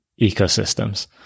ecosystems